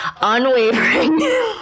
unwavering